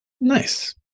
nice